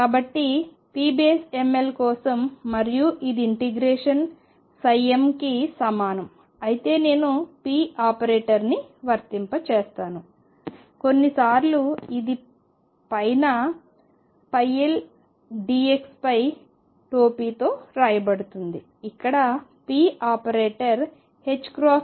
కాబట్టి pml కోసం మరియు ఇది ఇంటిగ్రేషన్ mకి సమానం అయితే నేను p ఆపరేటర్ని వర్తింపజేస్తాను కొన్నిసార్లు ఇది పైన ldx పై టోపీతోరాయబడుతుంది ఇక్కడ p ఆపరేటర్ iddx